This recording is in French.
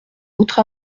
votre